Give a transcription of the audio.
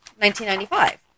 1995